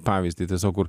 pavyzdį tiesiog kur